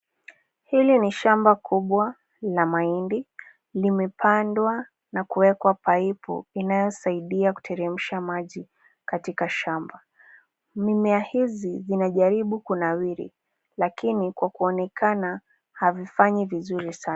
Hili ni shamba kubwa la mahindi. Limepandwa na kuwekwa paipu inayosaidia kuteremsha maji katika shamba. Mimea hizi zinajaribu kunawiri lakini kwa kuonekana, havifanyi vizuri sana.